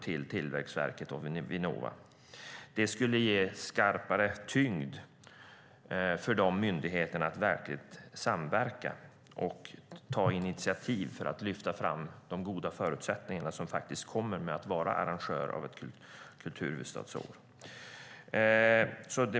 Det skulle ge större tyngd för de myndigheterna att samverka och ta initiativ för att lyfta fram de goda förutsättningar som faktiskt kommer av att vara arrangör av ett kulturhuvudstadsår.